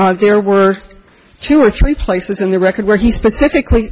claim there were two or three places in the record where he specifically